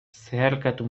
zeharkatu